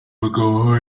mugabo